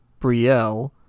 Brielle